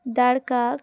দাড় কাক